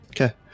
Okay